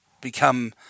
become